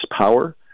power